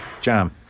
Jam